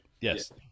Yes